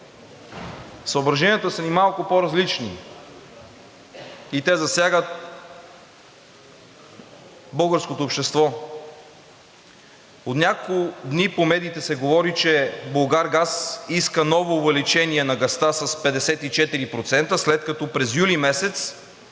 Съображенията са ни малко по-различни и те засягат българското общество. От няколко дни по медиите се говори, че „Булгаргаз“ иска ново увеличение на газа с 54%, след като през юли месец